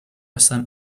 sent